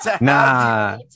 nah